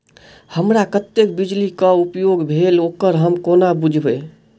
हमरा कत्तेक बिजली कऽ उपयोग भेल ओकर हम कोना बुझबै?